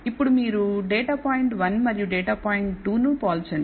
ఇప్పుడు మీరు data point 1 మరియు డేటా పాయింట్ 2 ను పోల్చండి